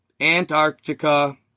Antarctica